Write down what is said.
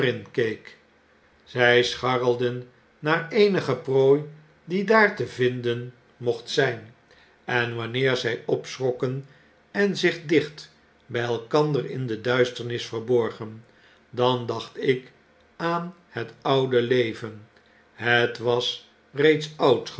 keek zy scharrelden naar eenige prooi die daar te vinden mocht zijn en wanneer zy opschrokken en zich dicht by elkander in de duisternis verborgen dan dacht ik aan het oude leven het was